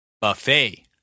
Buffet